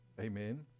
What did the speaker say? amen